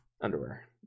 Underwear